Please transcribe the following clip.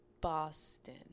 Boston